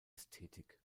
ästhetik